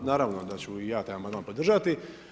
Naravno da ću i ja taj amandman podržati.